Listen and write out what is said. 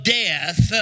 death